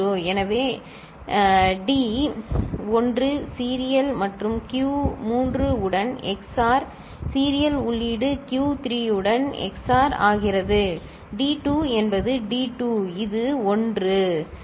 எனவே D 1 serial மற்றும் Q 3 உடன் எக்ஸ்ஓஆர் சீரியல் உள்ளீடு க்யூ 3 உடன் XOR ஆகிறது டி 2 என்பது டி 2 இது ஒன்று சரி